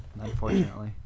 unfortunately